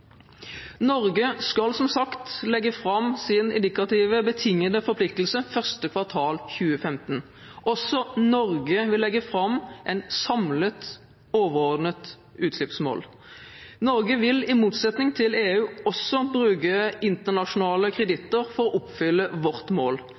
Norge skal som sagt legge fram sin indikative betingete forpliktelse første kvartal 2015. Også Norge vil legge fram et samlet, overordnet utslippsmål. Vi i Norge vil i motsetning til EU også bruke internasjonale